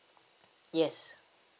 yes